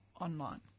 online